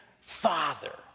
father